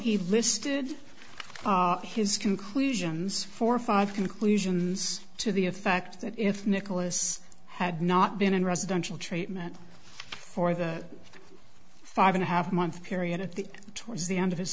he listed his conclusions four or five conclusions to the effect that if nicolas had not been in residential treatment for the five and a half month period at the towards the end of his